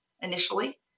initially